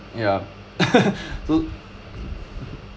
ya